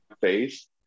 face